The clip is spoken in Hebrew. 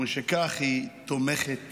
ומשכך היא תומכת